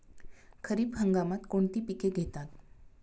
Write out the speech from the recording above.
खरीप हंगामात कोणती पिके घेतात?